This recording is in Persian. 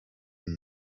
این